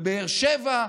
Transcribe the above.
בבאר שבע,